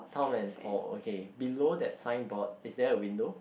Tom and Paul okay below that signboard is there a window